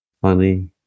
funny